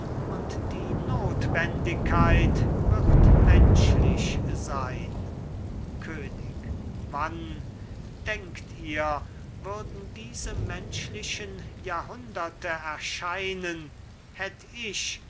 und die notwendigkeit wird menschlich sein könig wann denkt ihr würden diese menschlichen jahrhunderte erscheinen hätt ich